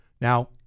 Now